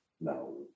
No